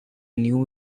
new